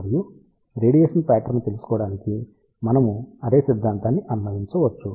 మరియు radiation pattern ని తెలుసుకోవడానికి మనము అర్రే సిద్ధాంతాన్ని అన్వయించవచ్చు